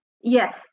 Yes